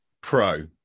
pro